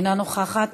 אינה נוכחת,